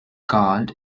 called